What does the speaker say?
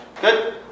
Good